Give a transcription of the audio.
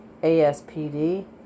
ASPD